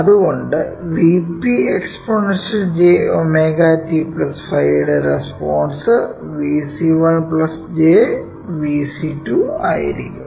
അത് കൊണ്ട് Vp exponential jωtϕ യുടെ response V c1 j × V c2 ആയിരിക്കും